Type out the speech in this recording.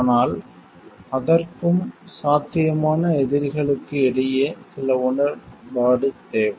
ஆனால் அதற்கும் சாத்தியமான எதிரிகளுக்கு இடையே சில உடன்பாடு தேவை